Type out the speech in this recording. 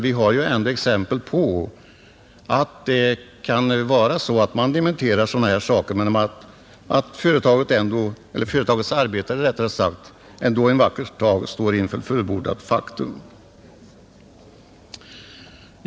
Vi har dock exempel på att ett företag kan dementera sådana här uppgifter, men att företagets arbetare ändå en vacker dag står inför fullbordat faktum.